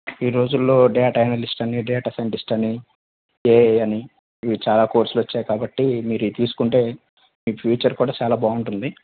ఈ రోజుల్లో data analyst అని డేటా సైంటిస్ట్ అని ఏఐ అని ఇవి చాలా కోర్సులు వచ్చాయి కాబట్టి మీరు ఇవి తీసుకుంటే మీకు ఫ్యూచర్ కూడా చాలా బాగుంటుంది